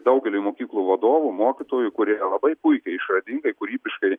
daugeliui mokyklų vadovų mokytojų kurie labai puikiai išradingai kūrybiškai